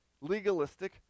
legalistic